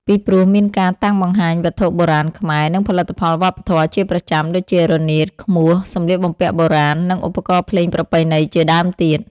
ពីព្រោះមានការតាំងបង្ហាញវត្ថុបុរាណខ្មែរ និងផលិតផលវប្បធម៌ជាប្រចាំ ដូចជា រនាត ឃ្មោះ សម្លៀកបំពាក់បុរាណ និងឧបករណ៍ភ្លេងប្រពៃណីជាដើមទៀត។